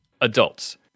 adults